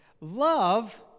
love